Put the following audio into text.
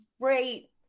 great